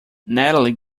natalie